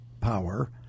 power